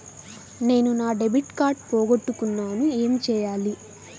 నేను నా debit card పోగొట్టుకున్నాను ఏమి చేయాలి?